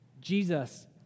Jesus